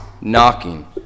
knocking